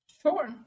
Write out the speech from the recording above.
Sure